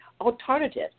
alternatives